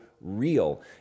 real